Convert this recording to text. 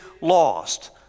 lost